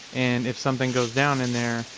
and if something goes down in there,